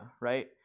right